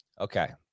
okay